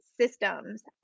systems